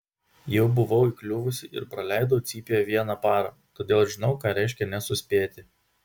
jau buvau įkliuvusi ir praleidau cypėje vieną parą todėl žinau ką reiškia nesuspėti